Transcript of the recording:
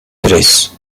tres